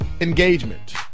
engagement